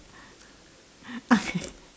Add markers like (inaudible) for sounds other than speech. (laughs)